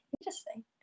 Interesting